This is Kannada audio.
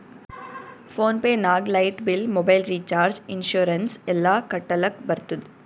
ಫೋನ್ ಪೇ ನಾಗ್ light bill, mobile recharge, insurance ಎಲ್ಲಾ ಕಟ್ಟಲಕ್ ಬರ್ತುದ್